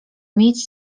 mieć